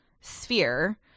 sphere